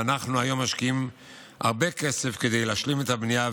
היום אנחנו משקיעים הרבה כסף כדי להשלים את הבנייה,